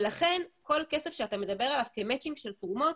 לכן כל כסף שאתה מדבר עליו כמצ'ינג של תרומות,